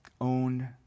own